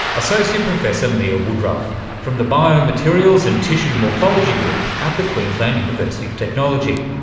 associate professor mia woodruff from the biomaterials and tissue morphology group at the queensland university of technology.